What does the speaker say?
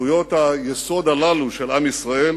זכויות היסוד הללו של עם ישראל